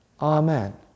amen